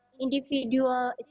individual